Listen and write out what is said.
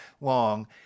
long